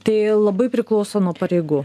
tai labai priklauso nuo pareigų